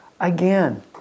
again